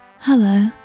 Hello